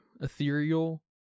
ethereal